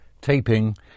taping